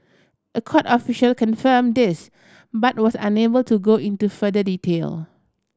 a court official confirm this but was unable to go into further detail